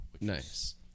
Nice